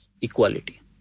Equality